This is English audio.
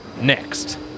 next